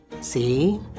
See